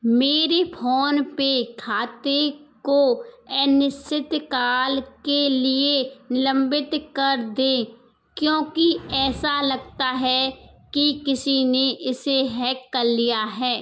मेरे PhonePe खाते को अनिश्चित काल के लिए निलंबित कर दें क्योंकि ऐसा लगता है कि किसी ने इसे हैक कर लिया है